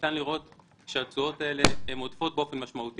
ניתן לראות שהתשואות האלו הן עודפות באופן משמעותי